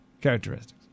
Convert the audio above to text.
characteristics